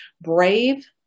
brave